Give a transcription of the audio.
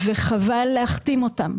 וחבל להכתים אותם.